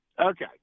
Okay